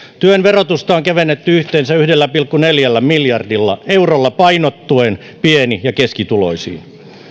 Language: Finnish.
työn verotusta on kevennetty yhteensä yhdellä pilkku neljällä miljardilla eurolla painottuen pieni ja keskituloisiin